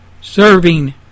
serving